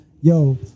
Yo